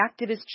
activist